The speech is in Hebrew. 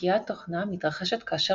גלישת מחסנית היא שגיאת תוכנה המתרחשת כאשר